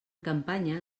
campanya